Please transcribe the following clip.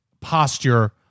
posture